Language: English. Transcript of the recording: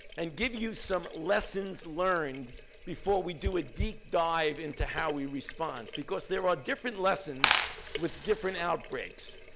and give you some lessons learned before we do a deep dive into how we respond. because there are different lessons with different outbreaks.